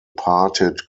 parted